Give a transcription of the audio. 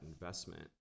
investment